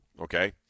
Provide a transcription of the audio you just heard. Okay